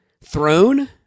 throne